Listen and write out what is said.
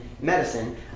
medicine